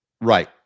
Right